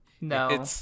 No